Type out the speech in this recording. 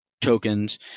Tokens